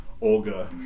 Olga